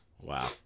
Wow